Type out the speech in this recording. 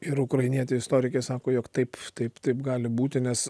ir ukrainietė istorikė sako jog taip taip taip gali būti nes